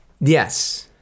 yes